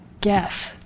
Guess